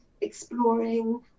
exploring